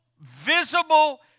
visible